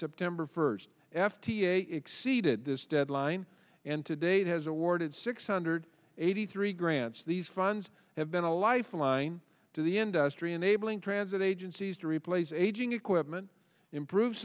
september first f d a exceeded this deadline and today it has awarded six hundred eighty three grants these funds have been a lifeline to the industry enabling transit agencies to replace aging equipment improve